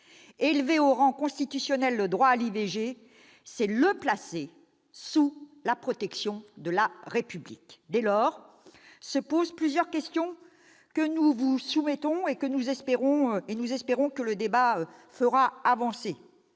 Élever au rang constitutionnel le droit à l'IVG, c'est le placer sous la protection de la République. Dès lors se posent plusieurs questions sur lesquelles nous espérons que le débat nous